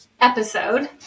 episode